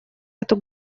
эту